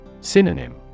Synonym